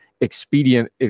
expedient